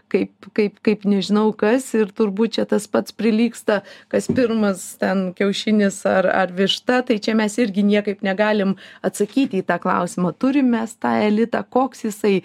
kaip kaip kaip nežinau kas ir turbūt čia tas pats prilygsta kas pirmas ten kiaušinis ar ar višta tai čia mes irgi niekaip negalim atsakyti į tą klausimą turim mes tą elitą koks jisai